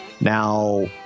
Now